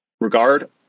regard